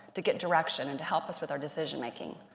to get direction and to help us with our decision-making.